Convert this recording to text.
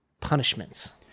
punishments